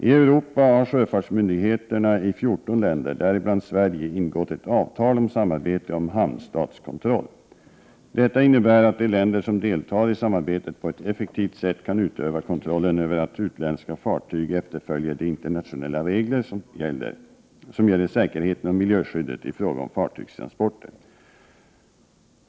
I Europa har sjöfartsmyndigheterna i 14 länder, däribland Sverige, ingått ett avtal om samarbete om hamnstatskontroll. Detta innebär att de länder som deltar i samarbetet på ett effektivt sätt kan utöva kontroll över att utländska fartyg efterföljer de internationella regler som gäller säkerheten och miljöskyddet i fråga om fartygstransporter.